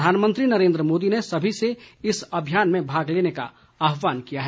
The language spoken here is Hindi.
प्रधानमंत्री नरेन्द्र मोदी ने सभी से इस अभियान में भाग लेने का आहवान किया है